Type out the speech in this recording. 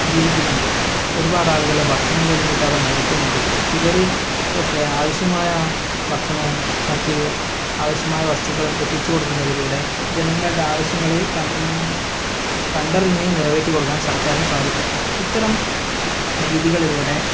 ജീവിക്കുന്നുണ്ട് ഒരുപാട് ആളുകൾ ഭക്ഷണം പോലും കിട്ടാതെ മരിക്കുന്നുണ്ട് ഇവർക്കൊക്കെ ആവശ്യമായ ഭക്ഷണവും മറ്റ് ആവശ്യമായ വസ്തുക്കളും എത്തിച്ച് കൊടുക്കുന്നതിലൂടെ ജനങ്ങളുടെ ആവശ്യങ്ങൾ കൺ കണ്ടറിഞ്ഞ് നിറവേറ്റി കൊടുക്കാൻ സർക്കാരിന് സാധിക്കും ഇത്തരം രീതികളിലൂടെ